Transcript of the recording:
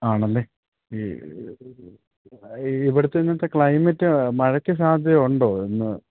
ആണല്ലേ ഇവിടുത്തെ ഇന്നത്തെ ക്ലൈമെറ്റ് മഴയ്ക്കു സാധ്യത ഉണ്ടോ ഇന്ന്